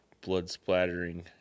blood-splattering